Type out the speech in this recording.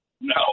No